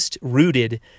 rooted